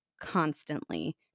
constantly